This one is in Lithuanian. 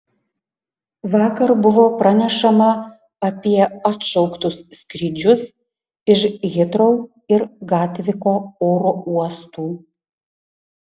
vakar buvo pranešama apie atšauktus skrydžius iš hitrou ir gatviko oro uostų